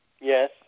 Yes